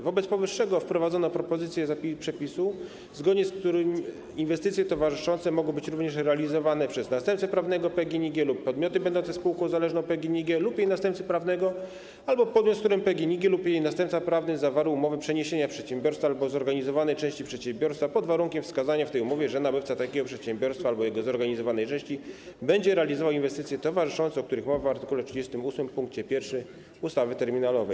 Wobec powyższego wprowadzono propozycję przepisu, zgodnie z którym inwestycje towarzyszące mogą być również realizowane przez następcę prawnego PGNiG lub podmioty będące spółką zależną PGNiG lub jej następcy prawnego albo podmiot, z którym spółka PGNiG lub jej następca prawny zawarł umowy przeniesienia przedsiębiorstwa albo zorganizowanej części przedsiębiorstwa pod warunkiem wskazania w tej umowie, że nabywca takiego przedsiębiorstwa albo jego zorganizowanej części będzie realizował inwestycję towarzyszącą, o której mowa w art. 38 w pkt 1 ustawy terminalowej.